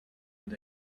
with